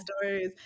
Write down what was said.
stories